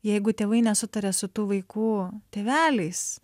jeigu tėvai nesutaria su tų vaikų tėveliais